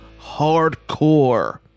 hardcore